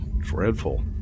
dreadful